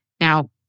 Now